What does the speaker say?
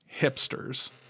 Hipsters